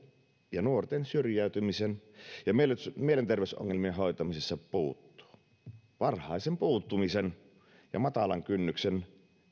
ja nuorten syrjäytymisen ja mielenterveysongelmien hoitamisesta puuttuvat varhaisen puuttumisen ja matalan kynnyksen